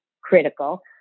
critical